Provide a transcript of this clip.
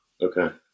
okay